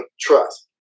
trust